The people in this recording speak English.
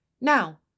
Now